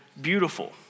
beautiful